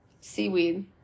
Seaweed